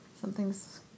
something's